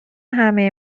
همه